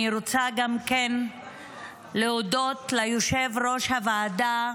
אני רוצה גם להודות ליושב-ראש הוועדה,